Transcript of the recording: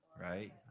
right